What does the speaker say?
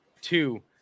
Two